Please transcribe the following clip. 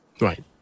right